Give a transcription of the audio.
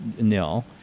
nil